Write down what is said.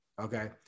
Okay